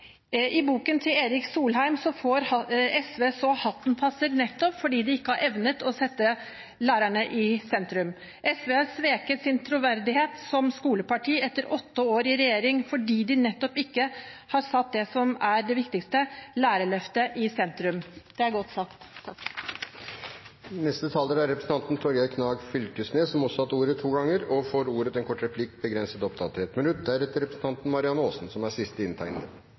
I boken til Erik Solheim får SV så hatten passer, nettopp fordi de ikke har evnet å sette lærerne i sentrum. Han sier at SV har svekket sin troverdighet som skoleparti etter åtte år i regjering nettopp fordi de ikke har satt det som er det viktigste, lærerløftet, i sentrum. Det er godt sagt. Representanten Torgeir Knag Fylkesnes har hatt ordet to ganger tidligere og får ordet til en kort merknad, begrenset til 1 minutt.